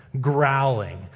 growling